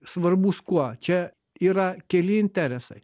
svarbus kuo čia yra keli interesai